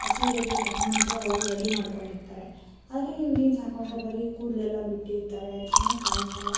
ಆ ಸೀರೆಗೆ ತಕ್ಕಂತೆ ಅವರು ರೆಡಿ ಮಾಡ್ಕೊಂಡಿರ್ತಾರೆ ಆದರೆ ನೀವು ಜೀನ್ಸ್ ಹಾಕ್ಕೊಂಡ್ರೆ ಬರಿ ಕೂದಲೆಲ್ಲ ಬಿಟ್ಟಿರ್ತಾರೆ ಚೆನ್ನಾಗಿ ಕಾಣಿಸಲ್ಲ